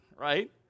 right